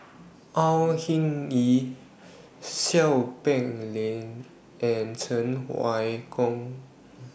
Hing Yee Seow Peck Leng and Cheng Wai Keung